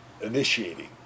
initiating